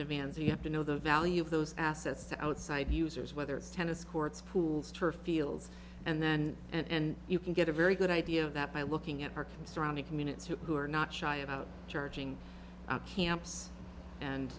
demand so you have to know the value of those assets outside users whether it's tennis courts pools turf fields and then and you can get a very good idea of that by looking at our surrounding communities who are not shy about charging camps and